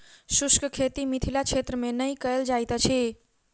शुष्क खेती मिथिला क्षेत्र मे नै कयल जाइत अछि